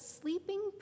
sleeping